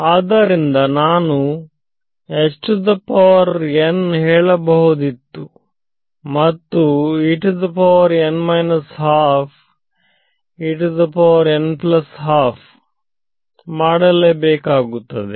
ಆದ್ದರಿಂದ ನಾನು ಹೇಳಬಹುದಿತ್ತು ಮತ್ತು ಮಾಡಲೇಬೇಕಾಗುತ್ತದೆ